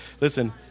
listen